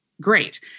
great